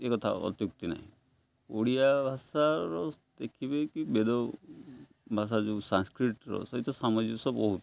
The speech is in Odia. ଏ କଥା ଅତ୍ୟୁକ୍ତି ନାହିଁ ଓଡ଼ିଆ ଭାଷାର ଦେଖିବେ କି ବେଦ ଭାଷା ଯେଉଁ ସାଂସ୍କ୍ରିଟର ସହିତ ସାମଞ୍ଜସ୍ୟ ବହୁତ